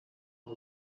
the